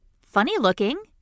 funny-looking